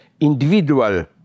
individual